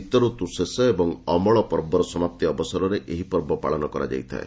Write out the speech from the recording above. ଶୀତ ଋତୁ ଶେଷ ଏବଂ ଅମଳ ପର୍ବର ସମାପ୍ତି ଅବସରରେ ଏହି ପର୍ବ ପାଳନ କରାଯାଇଥାଏ